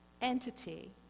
entity